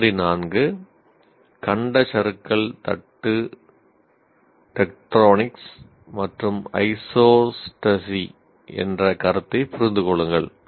மாதிரி 4 கண்ட சறுக்கல் தட்டு டெக்டோனிக்ஸ் என்ற கருத்தை புரிந்து கொள்ளுங்கள்